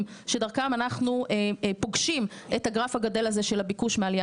שדרכם אנחנו פוגשים את הגרף הגדל הזה של הביקוש של מעלייה